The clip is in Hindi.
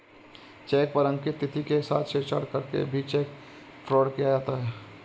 चेक पर अंकित तिथि के साथ छेड़छाड़ करके भी चेक फ्रॉड किया जाता है